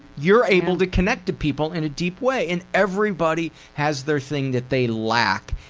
you're able to connect to people in a deep way, and everybody has their thing, that they lack,